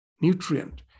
nutrient